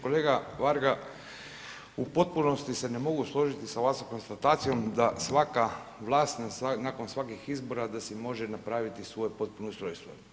Kolega Varga, u potpunosti se ne mogu složiti sa vašom konstatacijom da svaka vlast nakon svakih izbora da se može napraviti svoje potpuno ustrojstvo.